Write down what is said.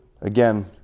again